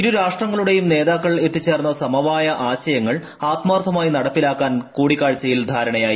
ഇരുരാഷ്ട്രങ്ങളുടെയും നേതാക്കൾ എത്തിച്ചേർന്ന സമവായ ആശയങ്ങൾ ആത്മാർത്ഥമായി നടപ്പാക്കാൻ കൂടിക്കാഴ്ചയിൽ ധാരണയായി